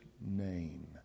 name